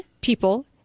people